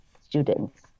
students